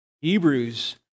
hebrews